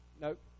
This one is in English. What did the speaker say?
Nope